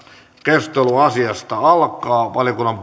keskustelu asiasta alkaa valiokunnan